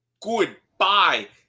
goodbye